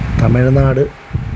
Tamil Nadu